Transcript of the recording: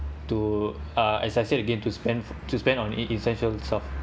to uh as I said again to spend to spend on it essential itself